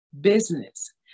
business